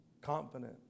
confident